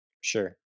sure